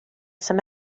some